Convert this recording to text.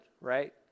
right